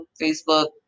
Facebook